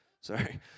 sorry